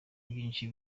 byinshi